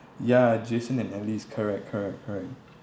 ya jason and alice correct correct correct